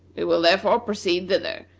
we will, therefore, proceed thither,